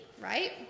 right